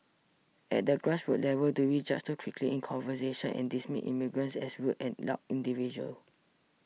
at the grassroots level do we judge too quickly in conversations and dismiss immigrants as rude and loud individuals